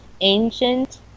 ancient